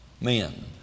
Men